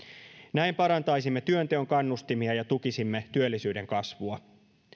näin parantaisimme työnteon kannustimia ja tukisimme työllisyyden kasvua